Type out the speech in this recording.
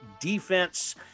defense